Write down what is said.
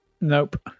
Nope